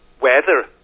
weather